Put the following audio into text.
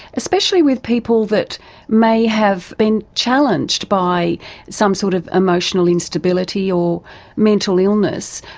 especially with people that may have been challenged by some sort of emotional instability or mental illness.